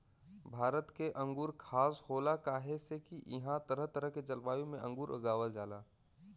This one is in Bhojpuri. भारत के अंगूर खास होला काहे से की इहां तरह तरह के जलवायु में अंगूर उगावल जाला